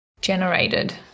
generated